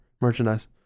merchandise